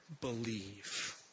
Believe